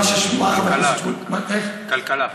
מה חבר הכנסת שמולי, כלכלה,